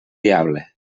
diable